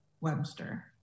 Webster